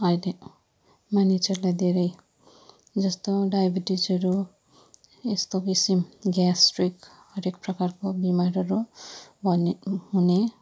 अहिले मानिसहरूलाई धेरै जस्तो डायबेटिजहरू यस्तो किसिम ग्यास्ट्रिक हरएक प्रकारको बिमारहरू भने हुने